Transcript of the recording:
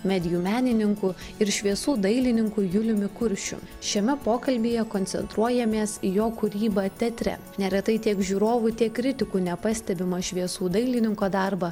medijų menininku ir šviesų dailininku juliumi kuršiu šiame pokalbyje koncentruojamės į jo kūrybą teatre neretai tiek žiūrovų tiek kritikų nepastebimą šviesų dailininko darbą